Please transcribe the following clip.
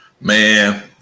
Man